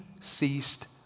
ceased